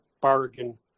bargain